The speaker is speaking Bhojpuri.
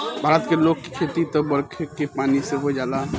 भारत के लोग के खेती त बरखे के पानी से हो जाला